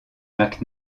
mac